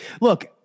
look